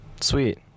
Sweet